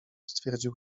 stwierdził